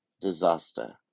disaster